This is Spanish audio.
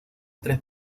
tres